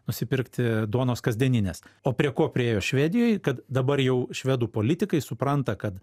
nusipirkti duonos kasdieninės o prie ko priėjo švedijoj kad dabar jau švedų politikai supranta kad